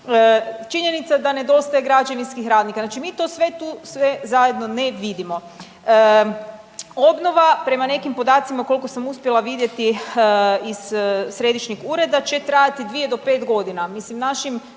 Činjenica da nedostaje građevinskih radnika, znači mi to sve tu, sve zajedno ne vidimo. Obnova prema nekim podacima, koliko sam uspjela vidjeti iz Središnjeg ureda će trajati 2-5 godina.